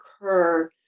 occur